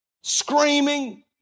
screaming